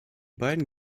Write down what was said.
beiden